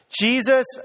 Jesus